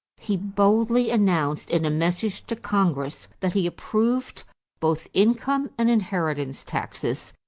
he boldly announced in a message to congress that he approved both income and inheritance taxes,